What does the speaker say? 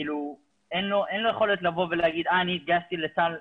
אין לו יכולת לבוא ולהגיד: התגייסתי לצה"ל,